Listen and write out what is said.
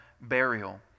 burial